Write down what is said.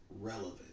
relevant